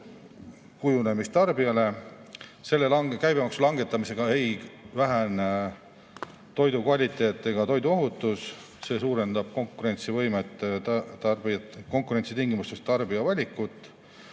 kujunemist. Selle käibemaksu langetamisega ei vähene toidu kvaliteet ega toidu ohutus, see suurendab konkurentsitingimustes tarbija valikut